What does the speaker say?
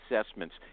assessments